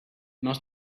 must